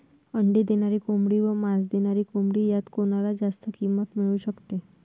अंडी देणारी कोंबडी व मांस देणारी कोंबडी यात कोणाला जास्त किंमत मिळू शकते?